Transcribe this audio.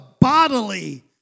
bodily